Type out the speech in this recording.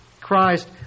Christ